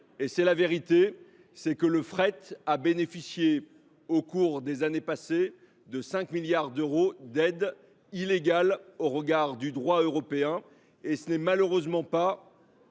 le sujet. La première, c’est que le fret a bénéficié au cours des années passées de 5 milliards d’euros d’aides illégales au regard du droit européen. Et ce n’est malheureusement ni